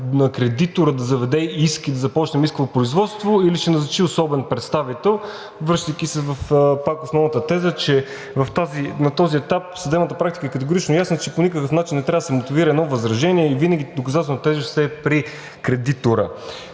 на кредитора да заведе иск и да започне исково производство или ще назначи особен представител, връщайки се пак в основната теза, че на този етап съдебната практика е категорична и ясна, че по никакъв начин не трябва да се мотивира едно възражение и винаги доказателствената тежест е при кредитора.